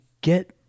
get